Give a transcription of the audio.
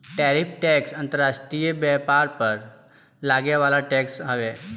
tariff tax अंतर्राष्ट्रीय व्यापार पर लागे वाला टैक्स हवे